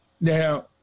Now